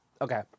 Okay